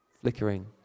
flickering